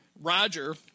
Roger